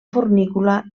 fornícula